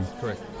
Correct